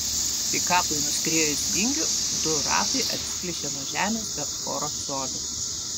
pikapui nuskriejus vingiu du ratai atsiplėšė nuo žemės per porą colių